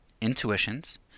intuitions